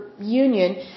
union